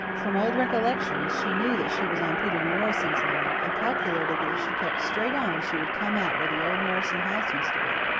from old recollections, she knew that she was on peter morrison's land, and calculated that if she kept straight on she would come out where the old morrison house used to be.